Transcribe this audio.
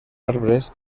arbres